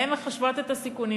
הן מחשבות את הסיכונים,